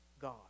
God